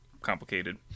complicated